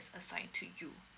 assign to you